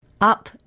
Up